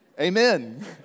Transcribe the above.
Amen